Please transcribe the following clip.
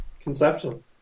conception